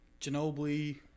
Ginobili